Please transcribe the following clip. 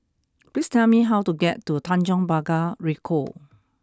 please tell me how to get to Tanjong Pagar Ricoh